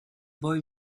boy